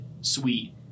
sweet